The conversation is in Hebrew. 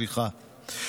סליחה.